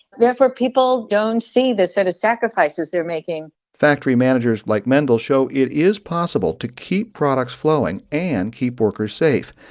therefore, people don't see the sort of sacrifices they're making factory managers like mendel show it is possible to keep products flowing and keep workers safe.